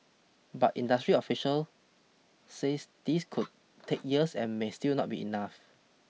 but industry official says this could take years and may still not be enough